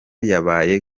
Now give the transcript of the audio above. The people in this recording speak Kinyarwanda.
yabaye